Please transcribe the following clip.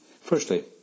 Firstly